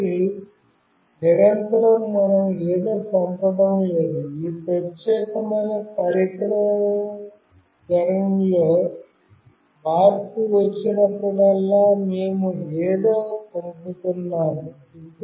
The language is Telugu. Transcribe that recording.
కాబట్టి నిరంతరం మనం ఏదో పంపడం లేదు ఈ ప్రత్యేకమైన పరికర ధోరణిలో మార్పు వచ్చినప్పుడల్లా మేము ఏదో పంపుతున్నాము